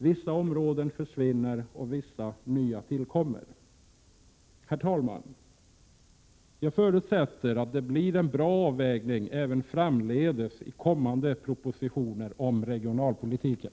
Vissa områden försvinner och vissa nya kommer till. Jag förutsätter att det blir en bra avvägning även framdeles i kommande propositioner om regionalpolitiken.